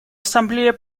ассамблея